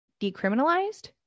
decriminalized